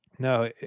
No